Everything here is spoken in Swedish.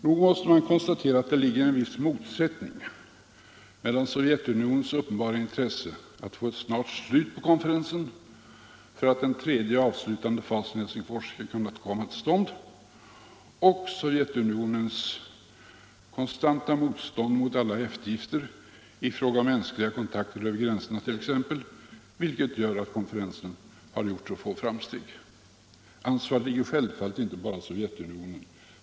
Nog måste man konstatera att det föreligger en viss motsättning mellan Sovjets uppenbara intresse av att få ett snart slut på konferensen för att den tredje avslutande fasen i Helsingfors skall komma till stånd, och Sovjets konstanta motstånd mot alla eftergifter t.ex. i frågan om mänskliga kontakter över gränserna, vilket gör att konferensen har gjort så få framsteg. Ansvaret ligger självfallet inte bara på Sovjetunionen.